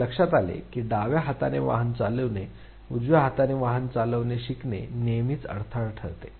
आणि हे लक्षात आले आहे की डाव्या हाताने वाहन चालविणे उजव्या हाताने वाहन चालविणे शिकणे नेहमीच अडथळा ठरते